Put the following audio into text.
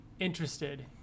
interested